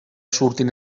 surtin